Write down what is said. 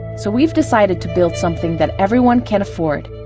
so we've decided to build something that everyone can afford